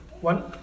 One